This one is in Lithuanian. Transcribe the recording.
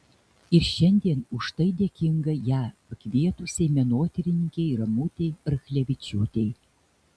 ir šiandien už tai dėkinga ją pakvietusiai menotyrininkei ramutei rachlevičiūtei